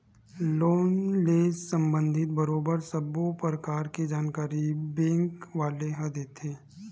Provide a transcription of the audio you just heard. loan ले संबंधित बरोबर सब्बो परकार के जानकारी बेंक वाले ह देथे